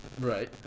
right